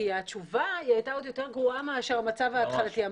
כי התשובה היא עוד יותר גרוע מאשר המצב ההתחלתי.